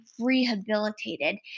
rehabilitated